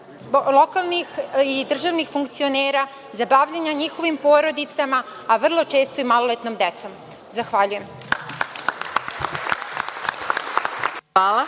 lokalnih i državnih funkcionera, za bavljenja njihovim porodicama, a vrlo često i maloletnom decom. Zahvaljujem. **Maja